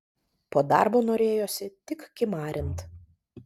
po darbo norėjosi tik kimarint